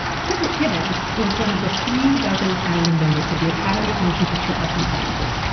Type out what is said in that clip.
cedric gibbons was one of the three dozen founding members of the academy of motion picture arts and sciences,